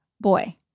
boy